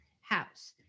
house